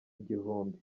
igihumbi